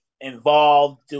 involved